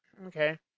Okay